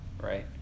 right